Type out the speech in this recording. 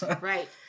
right